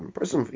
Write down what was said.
person